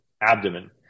abdomen